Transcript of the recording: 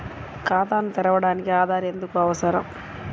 ఖాతాను తెరవడానికి ఆధార్ ఎందుకు అవసరం?